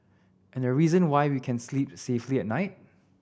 and the reason why we can sleep safely at night